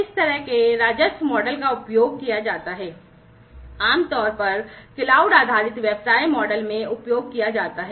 इस तरह के राजस्व मॉडल का उपयोग आमतौर पर क्लाउड आधारित व्यवसाय मॉडल में किया जाता है